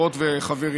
חברות וחברים,